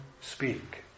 speak